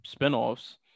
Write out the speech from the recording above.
spinoffs